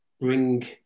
bring